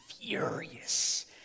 furious